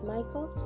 Michael